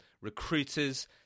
recruiters